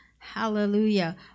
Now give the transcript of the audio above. Hallelujah